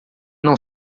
não